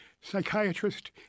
psychiatrist